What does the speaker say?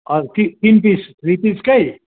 हजुर तिन piece three पिसकै